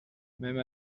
même